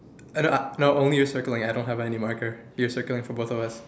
I don't uh no only you circling I don't have any marker you circling for both of us